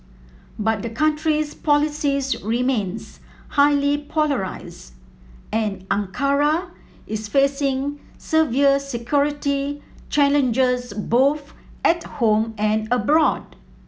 but the country's politics remains highly polarised and Ankara is facing severe security challenges both at home and abroad